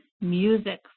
music